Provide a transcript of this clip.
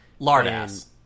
Lardass